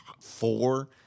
four